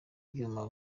ibyuma